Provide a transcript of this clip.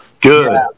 Good